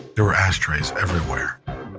there were ashtrays everywhere.